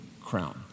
crown